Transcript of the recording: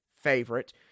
favorite